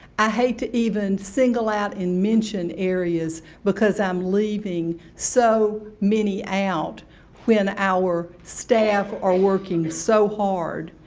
i hate to even single out and mention areas, because i'm leaving so many out when our staff are working so hard.